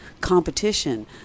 competition